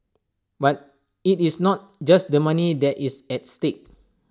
but IT is not just the money that is at stake